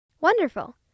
Wonderful